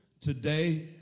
today